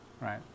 right